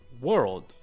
world